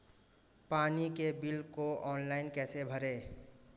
पानी के बिल को ऑनलाइन कैसे भरें?